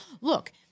Look